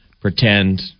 Pretend